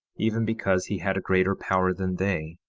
even because he had greater power than they,